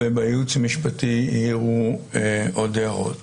בייעוץ המשפטי העירו עוד הערות.